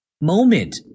moment